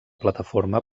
plataforma